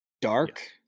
dark